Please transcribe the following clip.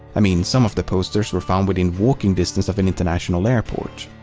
i mean, some of the posters were found within walking distance of an international airport.